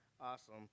Awesome